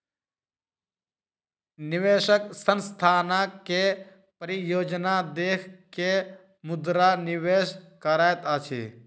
निवेशक संस्थानक के परियोजना देख के मुद्रा निवेश करैत अछि